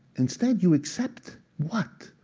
instead, you accept what?